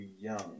young